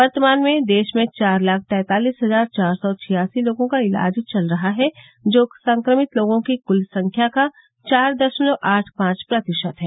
वर्तमान में देश में चार लाख तैंतालिस हजार चार सौ छियासी लोगों का इलाज चल रहा है जो संक्रमित लोगों की कुल संख्या का चार दशमलव आठ पांच प्रतिशत है